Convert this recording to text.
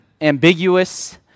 ambiguous